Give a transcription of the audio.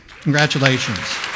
Congratulations